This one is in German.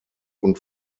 und